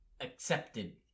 accepted